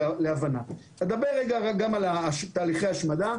תהליכי ההשמדה,